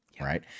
right